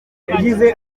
yagize